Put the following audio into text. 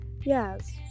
yes